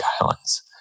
Islands